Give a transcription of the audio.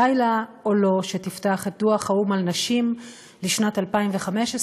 די לה או לו שתפתח את דוח האו"ם על נשים לשנת 2015,